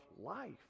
life